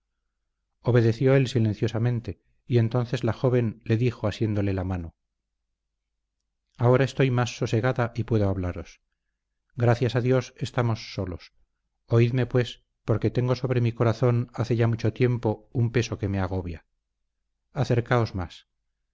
obedeció él silenciosamente y entonces la joven le dijo asiéndole la mano ahora estoy más sosegada y puedo hablaros gracias a dios estamos solos oídme pues porque tengo sobre mi corazón hace ya mucho tiempo un peso que me agobia acercaos más